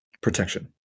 protection